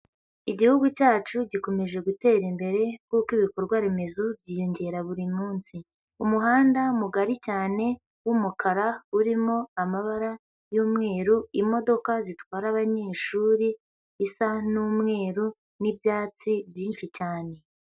Igihugu cyacu gikomeje gutera imbere kuko ibikorwa remezo byiyongera buri munsi, umuhanda mugari cyane w'umukara urimo amabara y'umweru, imodoka zitwara abanyeshuri isa n'umweru n'ibyatsi byinshi cyane.